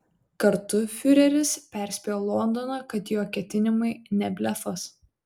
kartu fiureris perspėjo londoną kad jo ketinimai ne blefas